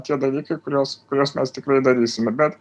tie dalykai kuriuos kuriuos mes tikrai darysime bet